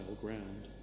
ground